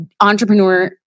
entrepreneur